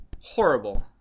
horrible